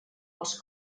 als